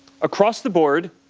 across the board,